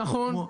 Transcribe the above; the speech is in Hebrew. נכון.